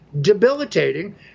debilitating